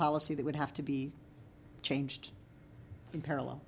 policy that would have to be changed in parallel